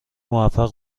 موفق